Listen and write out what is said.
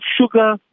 sugar